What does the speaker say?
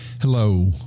Hello